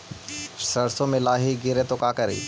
सरसो मे लाहि गिरे तो का करि?